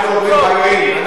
חבר הכנסת גאלב מג'אדלה,